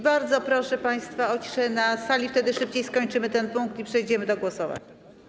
Bardzo proszę państwa o ciszę na sali - wtedy szybciej skończymy ten punkt i przejdziemy do głosowań.